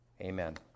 Amen